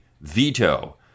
veto